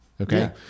Okay